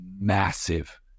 massive